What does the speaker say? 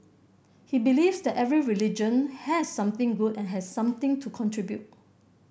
he believes that every religion has something good and has something to contribute